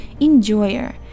enjoyer